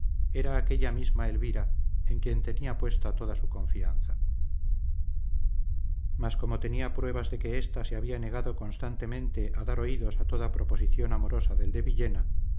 era aquella misma elvira en quien tenía puesta toda su confianza mas como tenía pruebas de que ésta se había negado constantemente a dar oídos a toda proposición amorosa del de villena